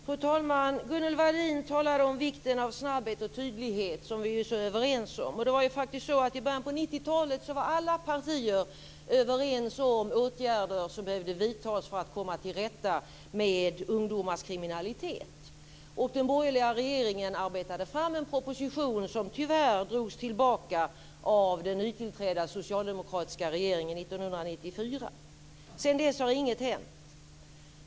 Fru talman! Gunnel Wallin talar om vikten av snabbhet och tydlighet, som vi är så överens om. I början av 90-talet var alla partier överens om åtgärder som behövde vidtas för att komma till rätta med ungdomars kriminalitet. Den borgerliga regeringen arbetade fram en proposition, som tyvärr drogs tillbaka av den nytillträdda socialdemokratiska regeringen 1994. Sedan dess har inget hänt.